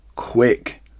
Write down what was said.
Quick